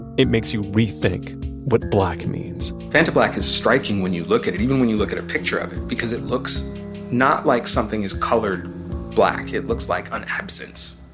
it makes you rethink what black means vantablack is striking when you look at it. even when you look at a picture of it because it looks not like something is colored black. it looks like an absence